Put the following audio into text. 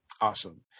Awesome